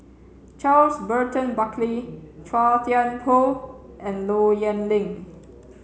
Charles Burton Buckley Chua Thian Poh and Low Yen Ling